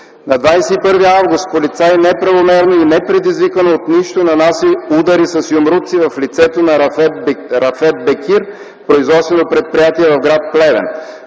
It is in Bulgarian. На 21 август полицай неправомерно и непредизвикан от нищо, нанася удари с юмруци в лицето на Рафет Бекир в производствено предприятие в гр. Плевен.